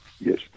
Yes